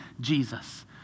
Jesus